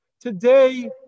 Today